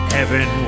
Heaven